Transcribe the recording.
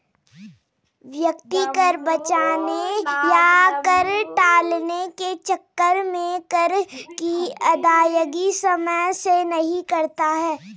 व्यक्ति कर बचाने या कर टालने के चक्कर में कर की अदायगी समय से नहीं करता है